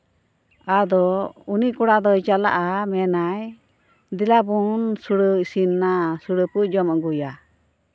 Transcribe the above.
ᱟᱫᱚ ᱩᱱᱤ ᱠᱚᱲᱟ ᱫᱚᱭ ᱪᱟᱞᱟᱜᱼᱟ ᱢᱮᱱᱟᱭ ᱫᱮᱞᱟ ᱵᱚᱱ ᱥᱩᱲᱟᱹ ᱤᱥᱤᱥᱱ ᱮᱱᱟ ᱥᱩᱲᱟᱹ ᱯᱮ ᱡᱚᱢ ᱟᱹᱜᱩᱭᱟ